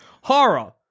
horror